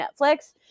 Netflix